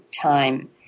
time